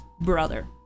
brother